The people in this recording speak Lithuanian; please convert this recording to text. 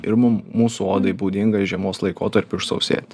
ir mum mūsų odai būdinga žiemos laikotarpiu išsausėti